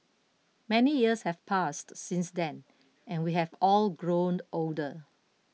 many years have passed since then and we have all grown older